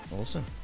Awesome